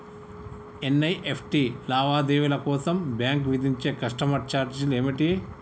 NEFT లావాదేవీల కోసం bank విధించే కస్టమర్ ఛార్జీలు ఏమిటి?